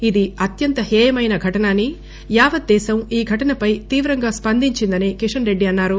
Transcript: ఇది అత్యంత హేయమైన ఘటన అని యావత్ దేశం ఈ ఘటనపై తీవ్రంగా స్పందించిందని కిషన్ రెడ్డి అన్నారు